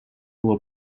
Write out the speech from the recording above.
will